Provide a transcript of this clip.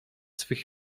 swych